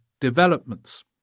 developments